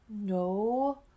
No